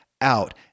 out